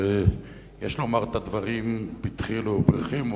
שיש לומר את הדברים בדחילו ורחימו,